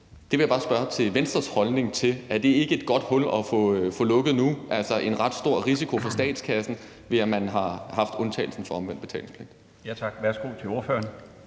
Det vil jeg bare spørge om Venstres holdning til. Er det ikke et godt hul at få lukket nu, altså i forhold til at der er en ret stor risiko for statskassen, ved at man har haft undtagelse fra omvendt betalingspligt? Kl. 16:50 Den fg. formand